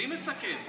אני מסכם.